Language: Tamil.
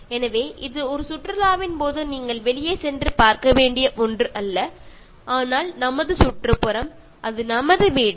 " எனவே இது ஒரு சுற்றுலாவின் போது நீங்கள் வெளியே சென்று பார்க்க வேண்டிய ஒன்று அல்ல ஆனால் அது நமது சுற்றுப்புறம் அது நமது வீடு